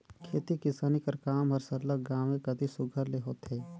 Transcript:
खेती किसानी कर काम हर सरलग गाँवें कती सुग्घर ले होथे